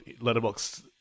Letterbox